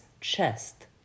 chest